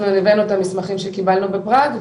אנחנו הבאנו את המסמכים שקיבלנו בפראג,